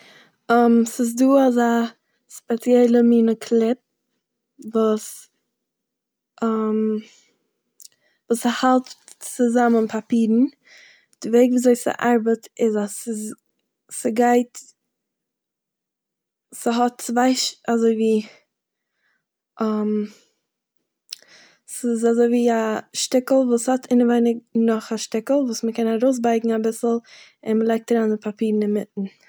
ס'איז דא אזא ספעציעלע מינע קליפ וואס וואס ס'האלט צוזאמען פאפירן. די וועג וויזוי ס'ארבעט איז אז ס'איז- ס'גייט- ס'האט צוויי ש- אזויווי ס'איז אזויווי א שטיקל וואס ס'האט אינעווייניג נאך א שטיקל וואס מ'קען ארויסבייגן אביסל און מ'לייגט אריין די פאפירן אינמיטן.